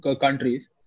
countries